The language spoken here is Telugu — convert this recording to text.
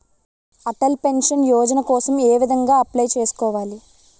అటల్ పెన్షన్ యోజన కోసం ఏ విధంగా అప్లయ్ చేసుకోవాలి?